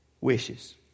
wishes